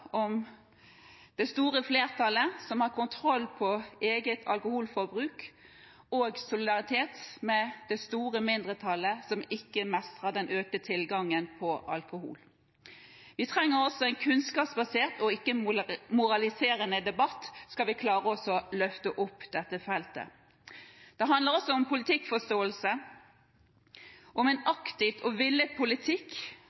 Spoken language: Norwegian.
om det store flertallet som har kontroll på eget alkoholforbruk, og solidaritet med det store mindretallet som ikke mestrer den økte tilgangen på alkohol. Vi trenger også en kunnskapsbasert og ikke en moraliserende debatt, skal vi klare å løfte opp dette feltet. Det handler også om politikkforståelse, om en aktiv og villet politikk,